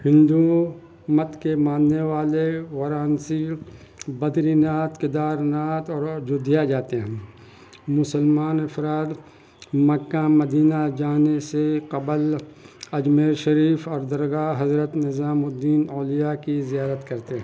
ہندو مت کے ماننے والے وارانسی بدری ناتھ کیدار ناتھ اور ایودھیا جاتے ہیں مسلمان افراد مکہ مدینہ جانے سے قبل اجمیر شریف اور درگاہ حضرت نظام الدین اولیاء کی زیارت کرتے ہیں